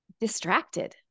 distracted